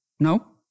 No